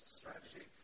strategy